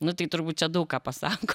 nu tai turbūt čia daug ką pasako